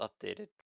updated